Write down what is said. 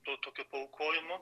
to tokio paaukojimo